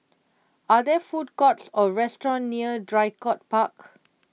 are there food courts or restaurants near Draycott Park